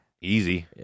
easy